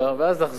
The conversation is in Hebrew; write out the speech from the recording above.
ואז לחזור,